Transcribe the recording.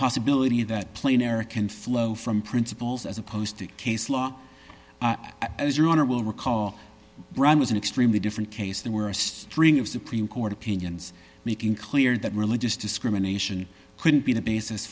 possibility of that plane eric and flow from principles as opposed to case law as your honor will recall brown was an extremely different case there were a string of supreme court opinions making clear that religious discrimination couldn't be the basis